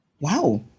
wow